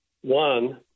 One